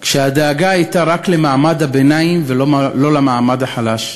כשהדאגה הייתה רק למעמד הביניים ולא למעמד החלש.